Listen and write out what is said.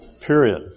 period